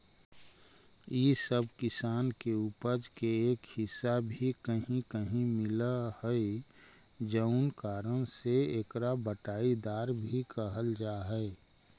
इ सब किसान के उपज के एक हिस्सा भी कहीं कहीं मिलऽ हइ जउन कारण से एकरा बँटाईदार भी कहल जा हइ